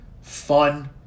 fun